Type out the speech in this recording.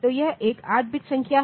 तो यह एक 8 बिट संख्या है